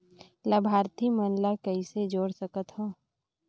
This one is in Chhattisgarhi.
लाभार्थी मन ल कइसे जोड़ सकथव?